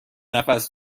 نفس